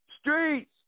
Streets